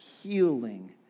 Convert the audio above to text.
healing